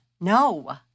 No